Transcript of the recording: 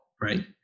right